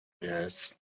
yes